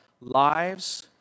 lives